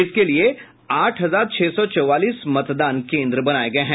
इसके लिये आठ हजार छह सौ चौवालीस मतदान केंद्र बनाये गये हैं